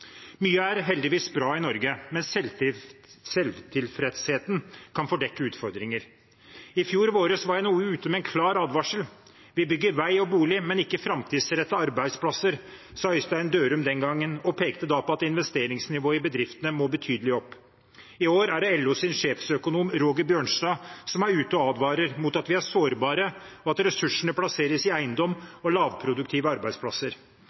Mye er heldigvis bra i Norge, men selvtilfredsheten kan fordekke utfordringer. I fjor vår var NHO ute med en klar advarsel: Vi bygger vei og bolig, men ikke framtidsrettede arbeidsplasser, sa Øystein Dørum den gangen, og pekte da på at investeringsnivået i bedriftene må betydelig opp. I år er det LOs sjefsøkonom, Roger Bjørnstad, som er ute og advarer mot at vi er sårbare, og at ressursene plasseres i eiendom og lavproduktive arbeidsplasser.